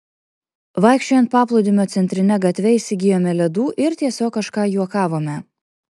vaikščiojant paplūdimio centrine gatve įsigijome ledų ir tiesiog kažką juokavome